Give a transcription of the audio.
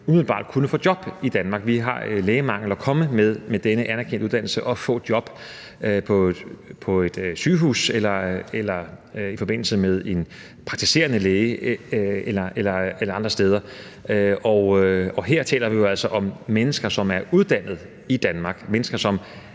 umiddelbart kunne få job i Danmark. Vi har lægemangel, så man kan komme med denne anerkendte uddannelse og få et job på et sygehus, hos en praktiserende læge eller andre steder. Og her taler vi jo altså om mennesker, som er uddannet i Danmark; mennesker, som